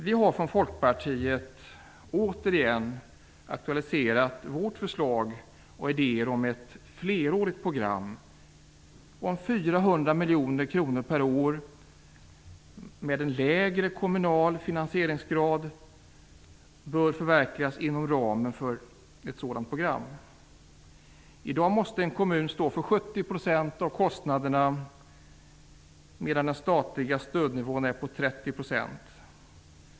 Vi har från Folkpartiet återigen aktualiserat vårt förslag och våra idéer om att ett flerårigt program om 400 miljoner kronor per år, med en lägre kommunal finansieringsgrad, bör förverkligas inom ramen för ett sådant program. I dag måste en kommun stå för 70 % av kostnaderna, medan den statliga stödnivån är på 30 %.